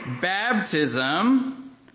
baptism